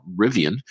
Rivian